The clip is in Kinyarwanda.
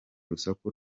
urusaku